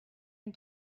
and